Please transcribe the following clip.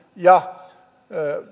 ja